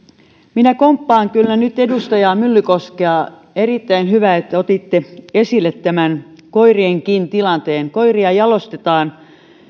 minä komppaan kyllä nyt edustaja myllykoskea erittäin hyvä että otitte esille tämän koirienkin tilanteen koiria jalostetaan